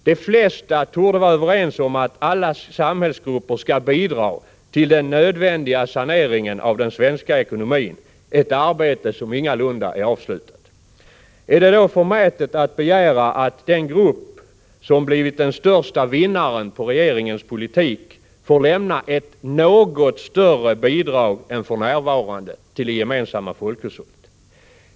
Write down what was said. De flesta torde vara överens om att alla samhällsgrupper skall bidra till den nödvändiga saneringen av den svenska ekonomin — ett arbete som ingalunda är avslutat. Är det då förmätet att begära att den grupp som blivit den största vinnaren på regeringens politik får lämna ett något större bidrag än för närvarande till det gemensamma folkhushållet?